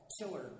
killer